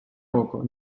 око